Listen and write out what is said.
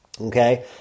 Okay